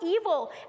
evil